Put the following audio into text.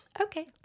okay